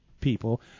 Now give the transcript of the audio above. people